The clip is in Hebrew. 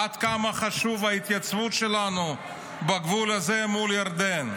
עד כמה חשובה ההתייצבות שלנו בגבול הזה מול ירדן.